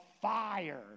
fire